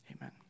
amen